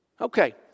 Okay